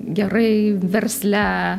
gerai versle